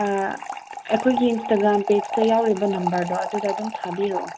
ꯑꯩꯈꯣꯏꯒꯤ ꯏꯟꯁꯇꯥꯒ꯭ꯔꯥꯝ ꯄꯦꯖꯇ ꯌꯥꯎꯔꯤꯕ ꯅꯝꯕꯔꯗꯣ ꯑꯗꯨꯗ ꯑꯗꯨꯝ ꯊꯥꯕꯤꯔꯛꯑꯣ